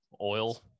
oil